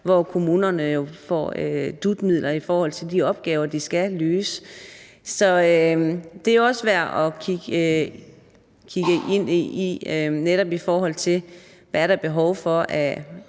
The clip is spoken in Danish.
hvor kommunerne jo får dut-midler i forhold til de opgaver, de skal løse. Så det er jo også værd at kigge ind i, netop i forhold til hvad der eventuelt